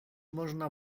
można